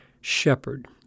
shepherd